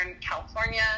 California